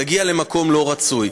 תגיע למקום לא רצוי.